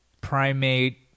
primate